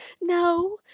No